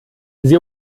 sie